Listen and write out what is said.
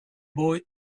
boy